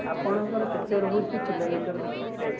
ଆପଣଙ୍କର କେତେ ରହୁଛି କିଲୋମିଟର୍ ପିଛା ରେଟ୍